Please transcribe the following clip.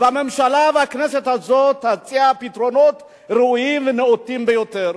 והממשלה והכנסת הזאת יציעו פתרונות ראויים ונאותים ביותר.